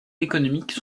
économiques